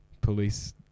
police